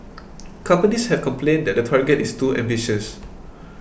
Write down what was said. companies have complained that the target is too ambitious